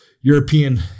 European